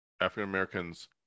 African-Americans